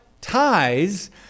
ties